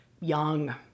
young